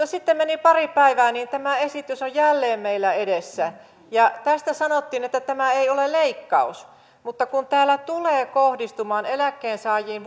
sitten meni pari päivää ja tämä esitys on jälleen meillä edessä tästä sanottiin että tämä ei ole leikkaus mutta kun täällä tulee kohdistumaan eläkkeensaajiin